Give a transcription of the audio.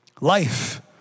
Life